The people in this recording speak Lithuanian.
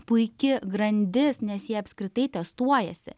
puiki grandis nes jie apskritai testuojasi